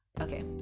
Okay